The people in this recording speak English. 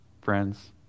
friends